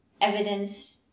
evidence